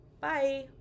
Bye